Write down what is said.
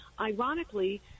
ironically